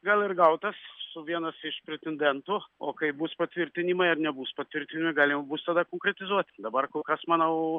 gal ir gautas vienas iš pretendentų o kai bus patvirtinimai ar nebus patvirtina galima bus tada konkretizuoti dabar kol kas manau